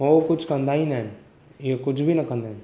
उहो कुझु कंदा ई न आहिनि इहो कुझु बि न कंदा आहिनि